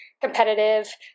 competitive